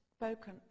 spoken